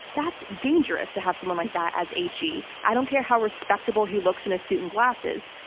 that's dangerous to have someone like that as a. g. i don't care how respectable he looks in a suit and glasses.